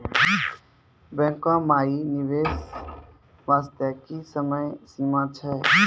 बैंको माई निवेश करे बास्ते की समय सीमा छै?